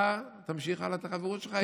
אתה תמשיך הלאה את החברות שלך איתם.